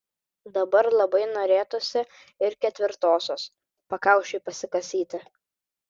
dabar labai norėtųsi ir ketvirtosios pakaušiui pasikasyti